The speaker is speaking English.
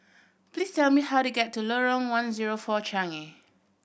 please tell me how to get to Lorong One Zero Four Changi